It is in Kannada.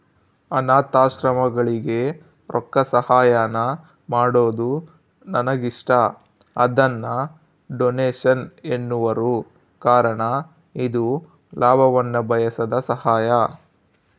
ಅನಾಥಾಶ್ರಮಗಳಿಗೆ ರೊಕ್ಕಸಹಾಯಾನ ಮಾಡೊದು ನನಗಿಷ್ಟ, ಅದನ್ನ ಡೊನೇಷನ್ ಎನ್ನುವರು ಕಾರಣ ಇದು ಲಾಭವನ್ನ ಬಯಸದ ಸಹಾಯ